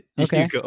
Okay